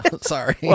Sorry